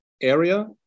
area